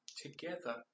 together